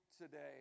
today